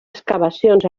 excavacions